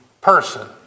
person